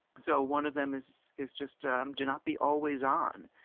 so one of them is is just um do not be always on.